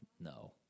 No